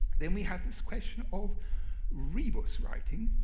then, we have this question of rebus writing,